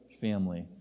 family